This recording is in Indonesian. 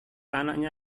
anaknya